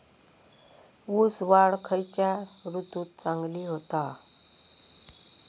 ऊस वाढ ही खयच्या ऋतूत चांगली होता?